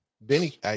benny